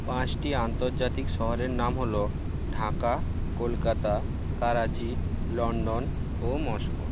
পাঁচটি আন্তর্জাতিক শহরের নাম হল ঢাকা কলকাতা করাচি লন্ডন ও মস্কো